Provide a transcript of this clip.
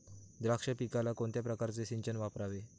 द्राक्ष पिकाला कोणत्या प्रकारचे सिंचन वापरावे?